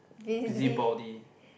busybody